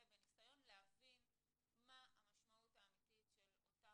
בניסיון להבין מה המשמעות האמיתית של אותה